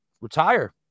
retire